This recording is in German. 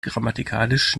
grammatikalisch